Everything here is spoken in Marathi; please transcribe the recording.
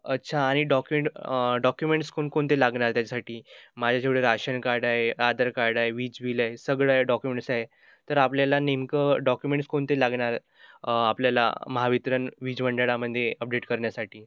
अच्छा आणि डॉकमेंट डॉक्युमेंट्स कोणकोणते लागणार त्याच्यासाठी माझ्या जेवढे राशन कार्ड आहे आधार कार्ड आहे वीज बिल आहे सगळं डॉक्युमेंट्स आहे तर आपल्याला नेमकं डॉक्युमेंट्स कोणते लागणार आपल्याला महावितरण वीज मंडळामध्ये अपडेट करण्यासाठी